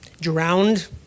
drowned